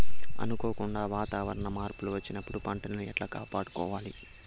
అనుకోకుండా వాతావరణ మార్పులు వచ్చినప్పుడు పంటను ఎట్లా కాపాడుకోవాల్ల?